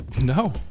No